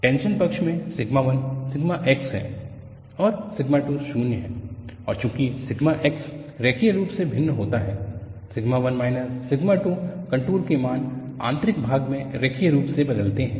tension पक्ष में sigma 1 sigma x है और सिग्मा 2 शून्य है और चूंकि सिग्मा x रैखिक रूप से भिन्न होता है सिग्मा 1 माइनस सिग्मा 2 कंटूर के मान आन्तरिक भाग में रैखिक रूप से बादलते हैं